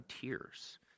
tears